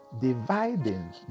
dividing